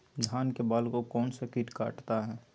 धान के बाल को कौन सा किट काटता है?